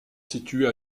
située